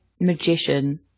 magician